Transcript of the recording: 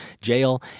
jail